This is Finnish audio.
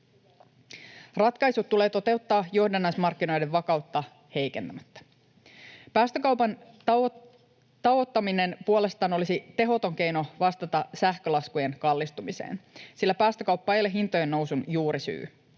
Ratkaisut tulee toteuttaa johdannaismarkkinoiden vakautta heikentämättä. Päästökaupan tauottaminen puolestaan olisi tehoton keino vastata sähkölaskujen kallistumiseen, sillä päästökauppa ei ole hintojen nousun juurisyy.